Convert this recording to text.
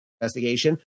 investigation